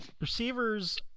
receivers